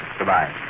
Goodbye